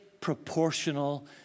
proportional